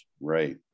Right